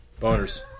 Boners